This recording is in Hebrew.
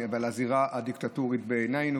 אבל בזירה הדיקטטורית בעינינו,